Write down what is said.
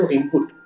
input